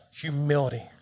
humility